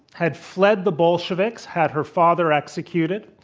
had fled the bolsheviks, had her father executed,